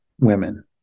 women